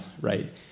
right